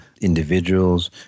individuals